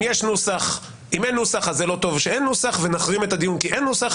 אם אין נוסח אז זה לא טוב שאין נוסח ונחרים את הדיון כי אין נוסח,